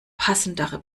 passendere